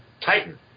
Titan